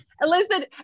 listen